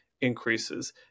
increases